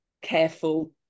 careful